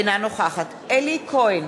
אינה נוכחת אלי כהן,